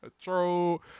true